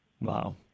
Wow